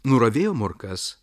nuravėjo morkas